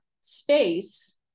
space